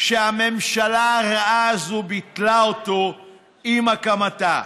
שהממשלה הרעה הזאת ביטלה עם הקמתה.